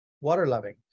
water-loving